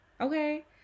Okay